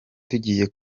tugiye